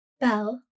Bell